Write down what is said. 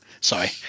sorry